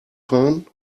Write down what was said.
fahren